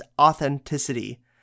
authenticity